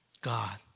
God